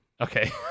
Okay